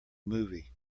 movie